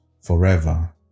forever